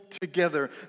together